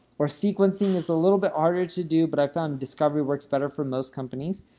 or sequencing is a little bit harder to do, but i found discovery works better for most companies.